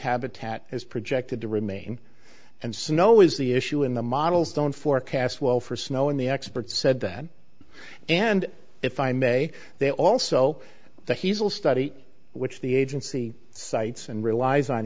habitat is projected to remain and snow is the issue in the models don't forecast well for snow in the experts said that and if i may they also that he's a study which the agency cites and relies on